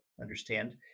understand